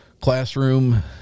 classroom